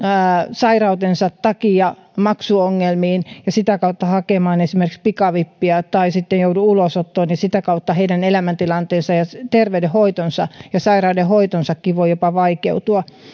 sairautensa takia maksuongelmiin ja sitä kautta hakemaan esimerkiksi pikavippiä tai sitten joudu ulosottoon ja sitä kautta heidän elämäntilanteensa ja jopa terveydenhoitonsa ja sairaudenhoitonsakin voi vaikeutua